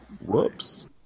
Whoops